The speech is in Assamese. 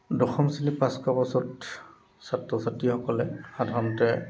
দশম শ্ৰেণী পাছ কৰাৰ পাছত ছাত্ৰ ছাত্ৰীসকলে সাধাৰণতে